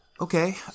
okay